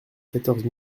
quatorze